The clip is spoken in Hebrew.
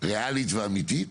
ריאלית ואמיתית,